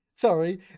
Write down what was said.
Sorry